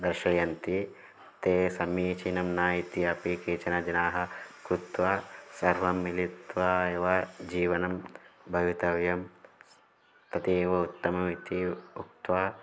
दर्शयन्ति ते समीचीनं न इति अपि केचन जनाः कृत्वा सर्वं मिलित्वा एव जीवनं भवितव्यं तदेव उत्तमम् इति उक्त्वा